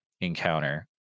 encounter